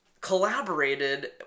collaborated